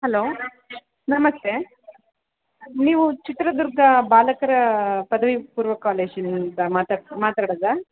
hello ನಮಸ್ತೆ ನೀವು ಚಿತ್ರದುರ್ಗ ಬಾಲಕರ ಪದವಿ ಪೂರ್ವ ಕಾಲೇಜಿನಿಂದ ಮಾತಾಡೋದಾ